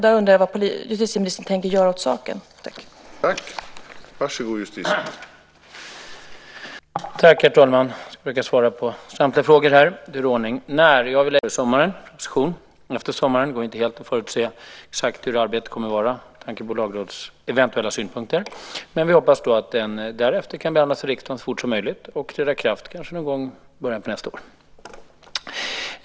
Jag undrar vad justitieministern tänker göra åt den här saken.